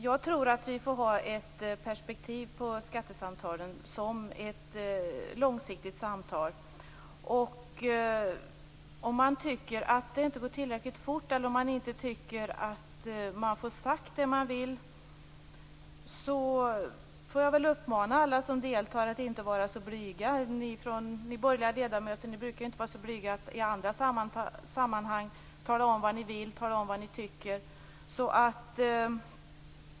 Jag tror att vi får se på skattesamtalen ur ett långsiktigt perspektiv. Om man tycker att det inte går tillräckligt fort eller om man inte tycker att man får sagt det man vill, vill jag uppmana alla som deltar att inte vara så blyga. Ni borgerliga ledamöter brukar ju inte vara så blyga i andra sammanhang när det gäller att tala om vad ni vill och vad ni tycker.